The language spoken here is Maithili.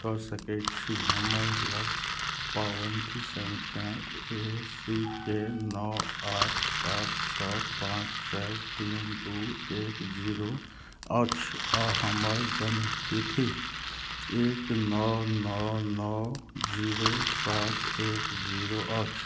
कऽ सकै छी हमरालग पावती सँख्या ए सी के नओ आठ सात छओ पाँच चारि तीन दुइ एक जीरो अछि आओर हमर जनमतिथि एक नओ नओ नओ जीरो सात एक जीरो अछि